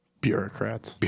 Bureaucrats